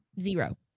Zero